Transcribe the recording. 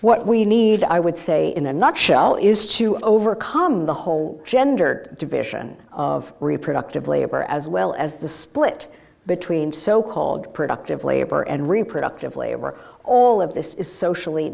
what we need i would say in a nutshell is to overcome the whole gendered division of reproductive labor as well as the split between so called productive labor and reproductive labor all of this is socially